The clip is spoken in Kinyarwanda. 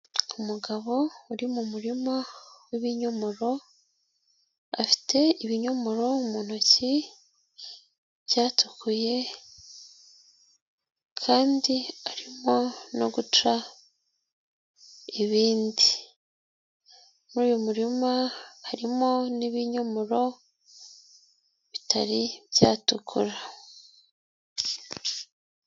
Umugabo uri mu murima w'ibinyomoro, afite ibinyomoro mu ntoki byatukuye kandi arimo no guca ibindi. Muri uyu murima harimo n'ibinyomoro bitari byatukura.